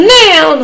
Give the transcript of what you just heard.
now